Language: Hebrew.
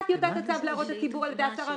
טיוטת הצו להערות הציבור על ידי השר הרלוונטי,